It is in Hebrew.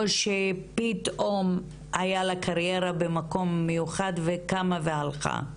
או שפתאום הייתה לה קריירה במקום מיוחד והיא קמה והלכה,